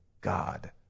God